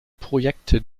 projekte